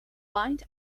bind